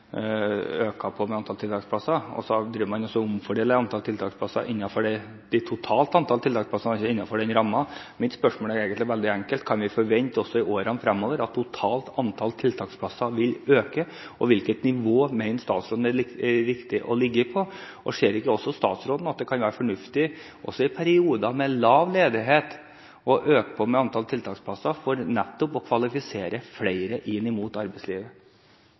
og omfordeler antallet tiltaksplasser innenfor rammen av det totale antallet tiltaksplasser. Mitt spørsmål er egentlig veldig enkelt: Kan vi i årene fremover forvente oss at det totale antall tiltaksplasser vil øke, og hvilket nivå mener statsråden det er riktig å ligge på? Ser ikke også statsråden at det kan være fornuftig – også i perioder med lav ledighet – å øke antallet tiltaksplasser for nettopp å kvalifisere flere inn mot arbeidslivet?